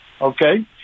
Okay